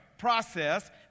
Process